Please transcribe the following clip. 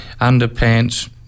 underpants